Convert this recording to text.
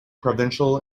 provincial